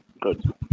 Good